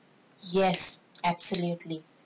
yes absolutely